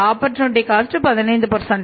opportunity cost 15